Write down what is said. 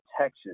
Texas